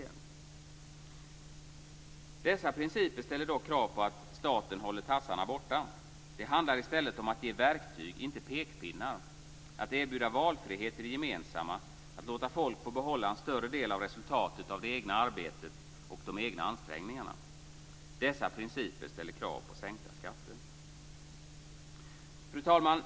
Det är kanske viktigast av allt. Dessa principer ställer dock krav på att staten håller tassarna borta. Det handlar i stället om att ge verktyg, inte pekpinnar, att erbjuda valfrihet i det gemensamma och att låta folk få behålla en större del av resultatet av det egna arbetet och de egna ansträngningarna. Dessa principer ställer krav på sänkta skatter. Fru talman!